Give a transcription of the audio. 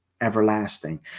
everlasting